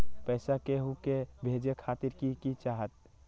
पैसा के हु के भेजे खातीर की की चाहत?